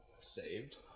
saved